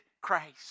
Christ